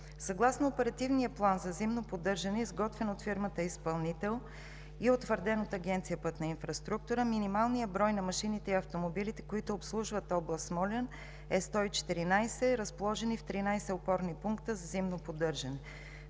Съгласно оперативния план за зимно поддържане, изготвен от фирмата изпълнител и утвърден от Агенция „Пътна инфраструктура“, минималният брой на машините и автомобилите, които обслужват област Смолян, е 114, разположени в 13 опорни пункта за зимно поддържане.